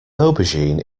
aubergine